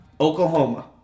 Oklahoma